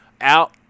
out